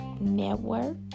network